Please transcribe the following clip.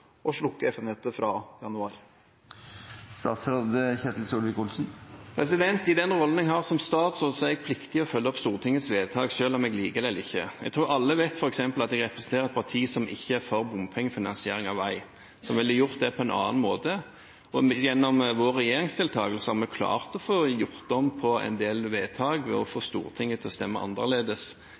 slukke FM-nettet fra januar? I den rollen jeg har som statsråd, er jeg pliktig til å følge opp Stortingets vedtak enten jeg liker det eller ikke. Jeg tror f.eks. alle vet at jeg representerer et parti som ikke er for bompengefinansiering av vei, og ville gjort det på en annen måte. Gjennom vår regjeringsdeltakelse har vi klart å få gjort om på en del vedtak og fått Stortinget til å stemme annerledes